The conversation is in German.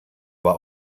war